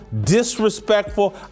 disrespectful